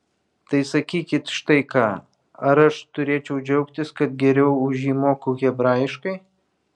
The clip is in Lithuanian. tai sakykit štai ką ar aš turėčiau džiaugtis kad geriau už jį moku hebrajiškai